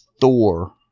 Thor